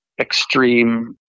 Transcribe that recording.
extreme